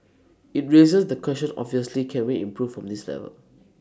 IT raises the question obviously can we improve from this level